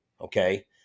Okay